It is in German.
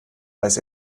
weiß